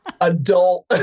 adult